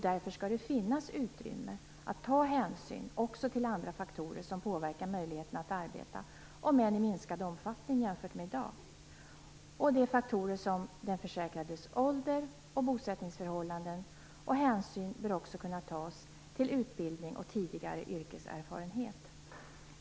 Därför skall det finnas utrymme för att ta hänsyn också till andra faktorer som påverkar möjligheten att arbeta, om än i minskad omfattning jämfört med i dag, och det är faktorer som den försäkrades ålder och bosättningsförhållanden. Hänsyn bör också kunna tas till utbildning och tidigare yrkeserfarenhet.